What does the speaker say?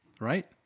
right